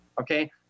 Okay